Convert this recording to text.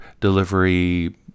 delivery